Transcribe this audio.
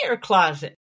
closet